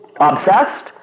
Obsessed